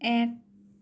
এক